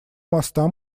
моста